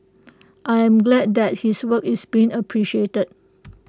I am glad that his work is being appreciated